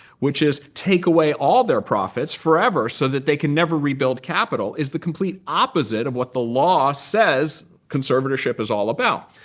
which is take away all their profits forever so that they can never rebuild capital, is the complete opposite of what the law says conservatorship is all about.